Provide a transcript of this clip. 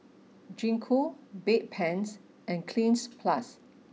Gingko Bedpans and Cleanz Plus